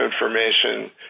information